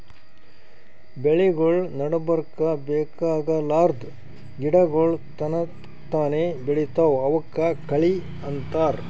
ಬೆಳಿಗೊಳ್ ನಡಬರ್ಕ್ ಬೇಕಾಗಲಾರ್ದ್ ಗಿಡಗೋಳ್ ತನಕ್ತಾನೇ ಬೆಳಿತಾವ್ ಅವಕ್ಕ ಕಳಿ ಅಂತಾರ